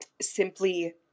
simply